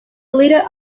leader